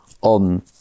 on